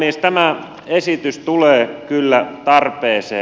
tämä esitys tulee kyllä tarpeeseen